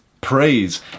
praise